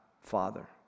father